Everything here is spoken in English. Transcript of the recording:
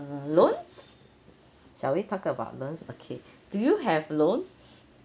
uh loans shall we talk about loans okay do you have loans